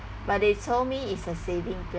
but they told me it's a saving plan